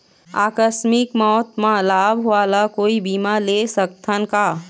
आकस मिक मौत म लाभ वाला कोई बीमा ले सकथन का?